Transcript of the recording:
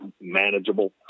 manageable